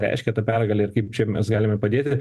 reiškia ta pergalė ir kaip čia mes galime padėti